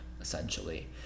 essentially